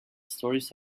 stories